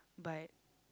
but